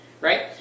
right